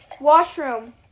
Washroom